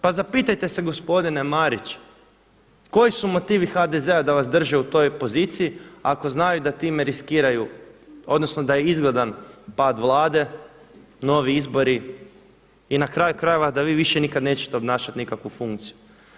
Pa zapitajte se gospodine Marić koji su motivi HDZ-a da vas drže u toj poziciji ako znaju da time riskiraju, odnosno da je izgledan pad Vlade, novi izbori i na kraju krajeva da vi više nikad nećete obnašati nikakvu funkciju.